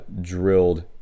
drilled